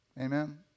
Amen